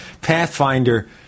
Pathfinder